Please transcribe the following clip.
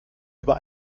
über